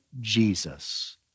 Jesus